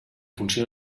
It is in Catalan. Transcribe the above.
funció